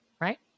Right